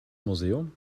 museum